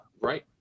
right